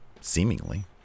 seemingly